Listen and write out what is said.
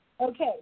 Okay